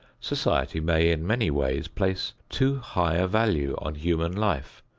society may in many ways place too high a value on human life.